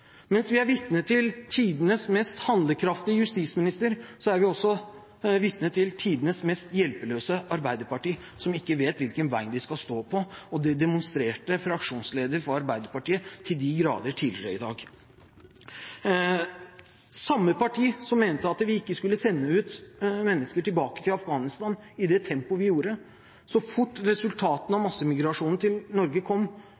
Mens vi er vitne til tidenes mest handlekraftige justisminister, er vi også vitne til tidenes mest hjelpeløse Arbeiderparti, som ikke vet hvilket bein de skal stå på, og det demonstrerte fraksjonslederen for Arbeiderpartiet til de grader tidligere i dag. Samme parti som mente at vi ikke skulle sende mennesker tilbake til Afghanistan i det tempoet vi gjorde, var så fort resultatene av massemigrasjonen til Norge kom,